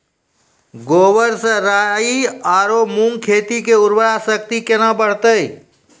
गोबर से राई आरु मूंग खेत के उर्वरा शक्ति केना बढते?